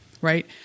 right